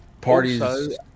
parties